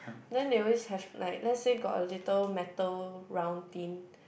then they always have like let's say got a little metal round tin